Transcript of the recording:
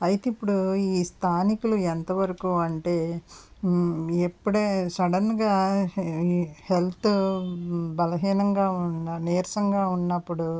అయితే ఇప్పుడు ఈ స్థానికులు ఎంతవరకు అంటే ఇప్పుడే సడన్గా ఈ హెల్త్ బలహీనంగా ఉన్న నీరసంగా ఉన్నప్పుడు